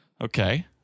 Okay